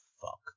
Fuck